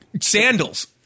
Sandals